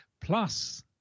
plus